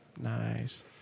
Nice